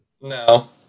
No